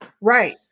Right